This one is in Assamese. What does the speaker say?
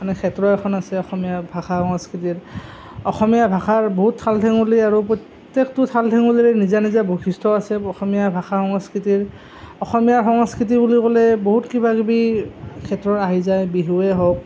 মানে ক্ষেত্ৰ এখন আছে ভাষা সংস্কৃতিৰ অসমীয়া ভাষাৰ বহুত ঠাল ঠেঙুলি আৰু প্ৰত্যেকটো ঠাল ঠেঙুলিৰে নিজা নিজা বৈশিষ্ট্য আছে অসমীয়া ভাষা সংস্কৃতিৰ অসমীয়া সংস্কৃতি বুলি ক'লে বহুত কিবা কিবি ক্ষেত্ৰ আহি যায় বিহুৱে হওক